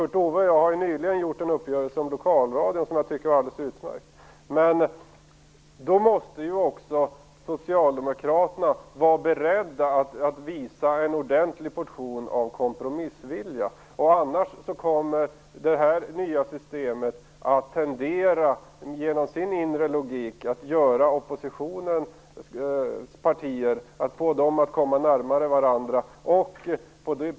Kurt Ove Johansson och jag har nyligen träffat en uppgörelse om Lokalradion som jag tycker är alldeles utmärkt. Men också Socialdemokraterna måste vara beredda att visa en ordentlig portion kompromissvilja. Om inte kommer det nya systemet genom sin inre logik att göra att vi ser en tendens till att oppositionens partier kommer närmare varandra.